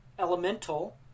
elemental